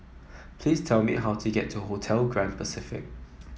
please tell me how to get to Hotel Grand Pacific